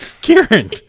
Kieran